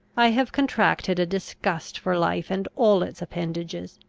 i have contracted a disgust for life and all its appendages.